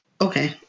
Okay